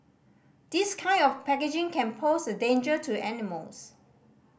this kind of packaging can pose a danger to animals